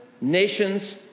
nations